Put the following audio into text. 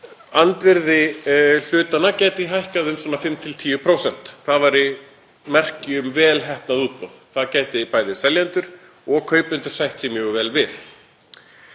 andvirði hlutanna gæti hækkað um 5–10%. Það væri merki um vel heppnað útboð. Það gætu bæði seljendur og kaupendur sætt sig mjög vel við,